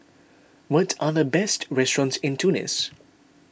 what are the best restaurants in Tunis